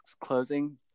closing